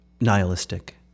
nihilistic